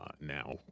now